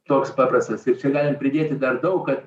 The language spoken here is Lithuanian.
toks paprastas ir čia galim pridėti dar daug ką